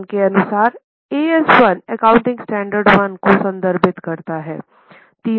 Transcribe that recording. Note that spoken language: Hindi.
AS1 के अनुसार AS1 एकाउंटिंग स्टैण्डर्ड 1 को संदर्भित करता है